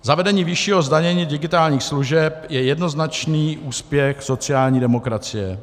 Zavedení vyššího zdanění digitálních služeb je jednoznačný úspěch sociální demokracie.